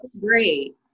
great